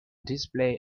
display